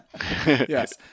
Yes